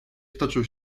wtoczył